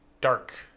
Dark